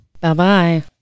Bye-bye